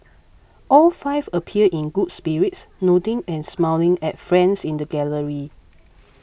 all five appeared in good spirits nodding and smiling at friends in the gallery